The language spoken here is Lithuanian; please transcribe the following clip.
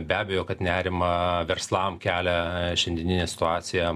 be abejo kad nerimą verslam kelia šiandieninė situacija